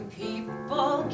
people